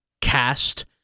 Cast